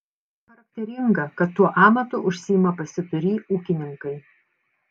charakteringa kad tuo amatu užsiima pasiturį ūkininkai